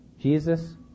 Jesus